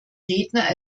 redner